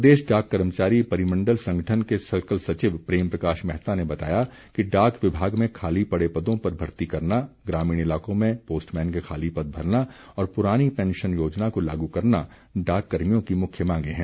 प्रदेश डाक कर्मचारी परिमण्डल संगठन के सर्कल सचिव प्रेम प्रकाश मैहता ने बताया कि डाक विभाग में खाली पड़े पदों पर भर्ती करना ग्रामीण इलाकों में पोस्टमैन के खाली पद भरना और पुरानी पैंशन योजना को लागू करना डाक कर्मियों की मुख्य मांगें हैं